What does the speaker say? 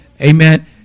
Amen